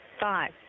five